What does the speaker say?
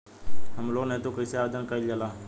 Home loan हेतु कइसे आवेदन कइल जाला?